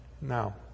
Now